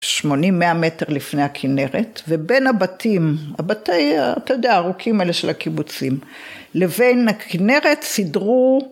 80-100 מטר לפני הכנרת, ובין הבתים, הבתי, אתה יודע, הארוכים האלה של הקיבוצים, לבין הכנרת סידרו